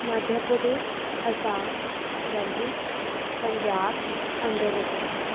Madhya Pradesh Assam Delhi Punjab Andhra Pradesh